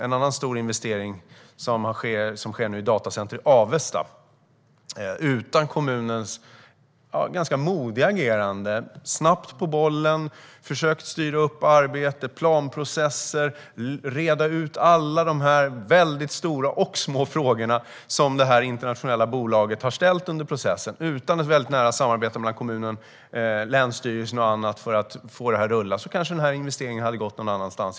En annan stor investering som nu sker är ett datacenter i Avesta. Där har man agerat ganska modigt från kommunens sida. Man var snabbt på bollen och har försökt styra upp arbete och planprocesser och reda ut alla de väldigt stora och små frågor som det internationella bolaget har ställt under processen. Utan ett nära samarbete mellan kommunen, länsstyrelsen och andra för att få detta att rulla hade kanske investeringen hamnat någon annanstans.